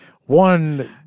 One